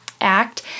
act